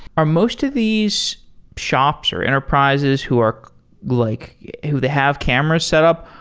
are most of these shops or enterprises who are like who they have cameras setup,